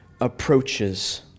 approaches